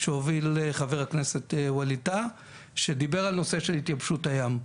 שהוביל חבר הכנסת ווליד טאהא שדיבר על הנושא של התייבשות הים,